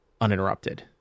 uninterrupted